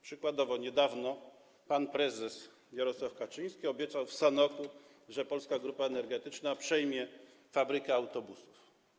Przykładowo niedawno pan prezes Jarosław Kaczyński obiecał w Sanoku, że Polska Grupa Energetyczna przejmie fabrykę autobusów.